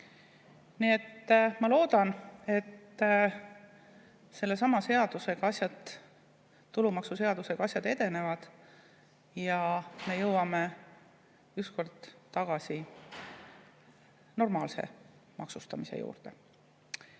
et ma loodan, et sellesama tulumaksuseadusega asjad edenevad ja me jõuame ükskord tagasi normaalse maksustamise juurde.